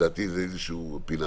לדעתי זה איזו פינה,